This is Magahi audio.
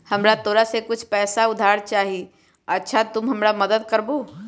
हमरा तोरा से कुछ पैसा उधार चहिए, अच्छा तूम हमरा मदद कर मूह?